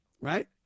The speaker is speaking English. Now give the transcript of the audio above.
Right